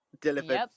delivered